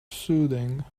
soothing